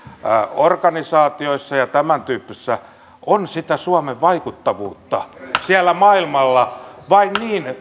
organisaatioissa on sitä suomen vaikuttavuutta siellä maailmalla vai